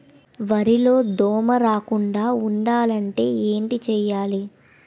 వరిలో దోమ రాకుండ ఉండాలంటే ఏంటి చేయాలి?